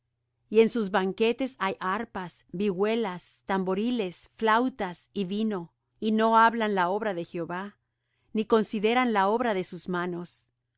y en sus banquetes hay arpas vihuelas tamboriles flautas y vino y no miran la obra de jehová ni consideran la obra de sus manos